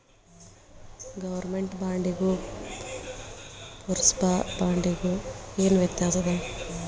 government ಬಾಂಡಿಗೂ ಪುರ್ಸಭಾ ಬಾಂಡಿಗು ಏನ್ ವ್ಯತ್ಯಾಸದ